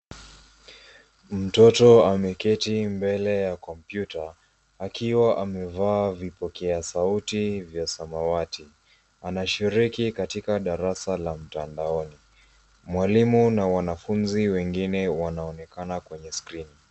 Mtoto ameketi mbele ya kompyuta, akiwa amevaa vipokea sauti vya samawati. Anashiriki katika darasa la mtandaoni, mwalimu na wanafunzi wengine wanaonekana kwenye skrini.